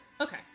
Okay